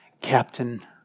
captain